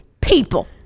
People